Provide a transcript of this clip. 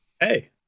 Hey